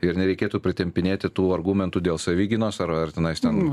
ir nereikėtų pritempinėti tų argumentų dėl savigynos ar ar tenais ten